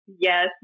Yes